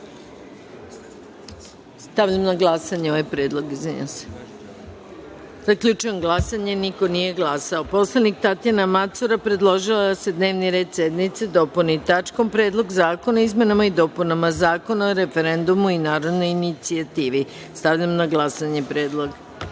decom. Stavljam na glasanje ovaj predlog. Zaključujem glasanje: niko nije glasao. Poslanik Tatjana Macura predložila je da se dnevni red sednice dopuni tačkom – Predlog zakona o izmenama i dopunama Zakona o referendumu i narodnoj inicijativi. Stavljam na glasanje ovaj